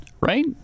right